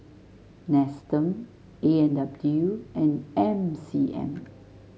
Nestum A and W and M C M